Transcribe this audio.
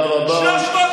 חוצפן.